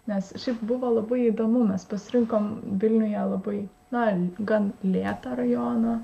nes šiaip buvo labai įdomu mes pasirinkom vilniuje labai na gan lėtą rajoną